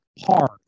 hard